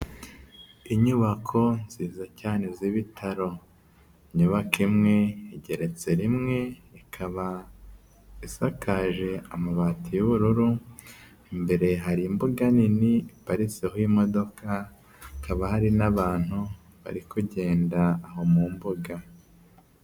Inyubako nziza cyane z'ibitaro. Inyubako imwe igeretse rimwe ikaba isakaje amabati y'ubururu, imbere hari imbuga nini iparitseho imodoka hakaba hari n'abantu bari kugenda aho mu mbuga.